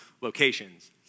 locations